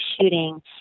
shooting